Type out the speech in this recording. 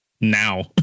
now